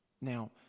Now